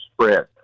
spread